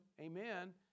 amen